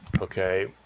okay